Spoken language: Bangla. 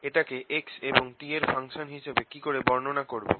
এটাকে x এবং t এর ফাংশন হিসেবে কিকরে বর্ণনা করবো